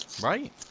Right